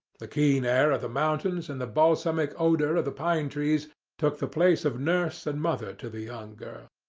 the keen air of the mountains and the balsamic odour of the pine trees took the place of nurse and mother to the young girl.